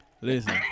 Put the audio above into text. Listen